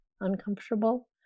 uncomfortable